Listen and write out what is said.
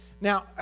Now